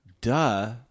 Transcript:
Duh